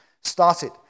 started